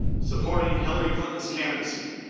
supporting hillary clinton's candidacy,